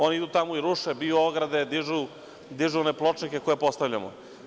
Oni idu tamo i ruše, biju ograde, dižu one pločnike koje postavljamo.